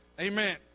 amen